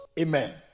amen